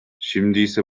şimdiyse